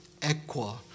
equa